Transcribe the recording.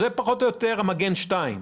זה פחות או יותר המגן 2,